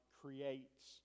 creates